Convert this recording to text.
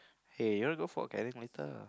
hey you want to go Fort Canning later